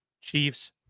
Chiefs